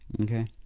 okay